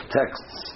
texts